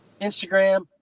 Instagram